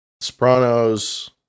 Sopranos